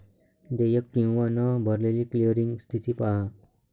देयक किंवा न भरलेली क्लिअरिंग स्थिती पहा